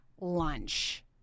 lunch